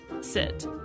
sit